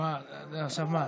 עכשיו מה,